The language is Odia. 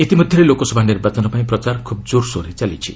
ଇତିମଧ୍ୟରେ ଲୋକସଭା ନିର୍ବାଚନ ପାଇଁ ପ୍ରଚାର ଖୁବ୍ ଜୋର୍ସୋର୍ରେ ଚାଲିଛି